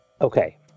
Okay